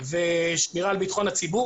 ושמירה על ביטחון הציבור.